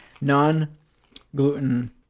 non-gluten